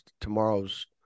tomorrow's